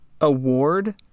award